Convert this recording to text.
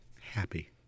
happy